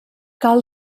cal